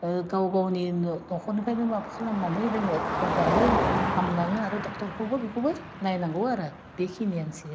गाव गावनि न' नख'रनिफ्रायनो माबा खालामनानै जोङो होब्लानो हामलाङो आरो डक्टरखौबो बेखौबो नायनांगौ आरो बेखिनियानोसै आरो